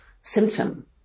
symptom